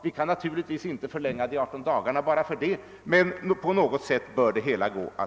Vi kan naturligtvis inte förlänga tjänstgöringstiden utöver 18 dagar bara för detta, men på något sätt bör frågan kunna lösas.